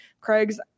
craig's